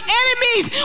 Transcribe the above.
enemies